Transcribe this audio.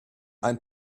ein